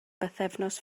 bythefnos